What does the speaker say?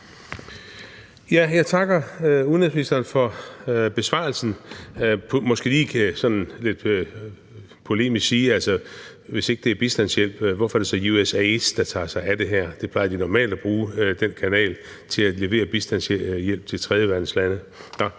Jeg takker udenrigsministeren for besvarelsen. Måske kan jeg sådan lidt polemisk sige, at hvis det ikke er bistandshjælp, hvorfor er det så USAID, der tager sig af det her? Det plejer de normalt at bruge den kanal til: at levere bistandshjælp til tredjeverdenslande.